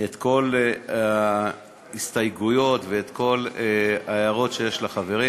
את כל ההסתייגויות ואת כל ההערות שיש לחברים.